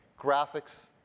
graphics